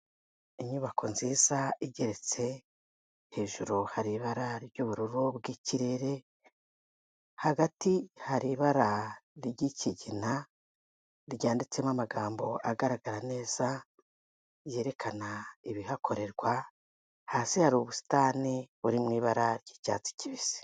Inyubako nziza igeretse hejuru hari ibara ry'ubururu bw'ikirere, hagati hari ibara ry'ikigina ryanditsemo amagambo agaragara neza yerekana ibihakorerwa. hasi hari ubusitani buri mu ibara ry'icyatsi kibisi.